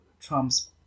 Trump's